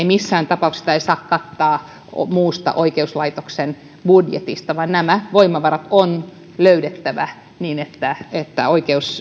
missään tapauksessa niitä ei saa kattaa muusta oikeuslaitoksen budjetista vaan nämä voimavarat on löydettävä niin että että